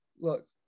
Look